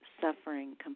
suffering